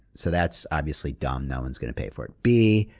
so that's obviously dumb. no one's going to pay for it. b,